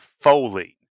Foley